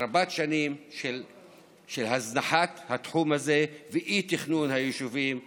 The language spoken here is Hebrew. רבת שנים של הזנחת התחום הזה ואי-תכנון היישובים הערביים.